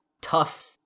tough